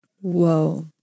Whoa